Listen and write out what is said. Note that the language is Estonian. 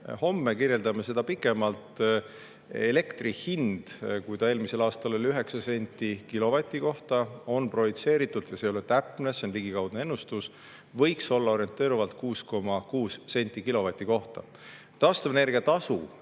homme kirjeldame seda pikemalt. Elektri hind, mis eelmisel aastal oli 9 senti kilovati kohta, on projitseeritud, see ei ole täpne, see on ligikaudne ennustus, võiks olla orienteerivalt 6,6 senti kilovati kohta. Taastuvenergia tasu,